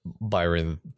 Byron